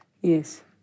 Yes